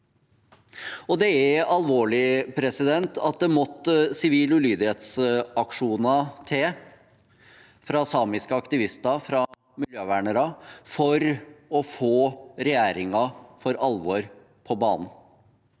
og det er alvorlig at det måtte sivil ulydighet-aksjoner til, fra samiske aktivister og fra miljøvernere, for å få regjeringen for alvor på banen.